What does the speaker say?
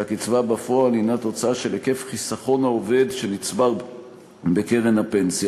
והקצבה בפועל היא תוצאה של היקף חסכון העובד שנצבר בקרן הפנסיה.